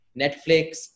Netflix